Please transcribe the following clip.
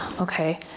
okay